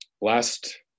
Last